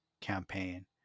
campaign